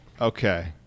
okay